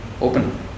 Open